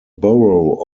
borough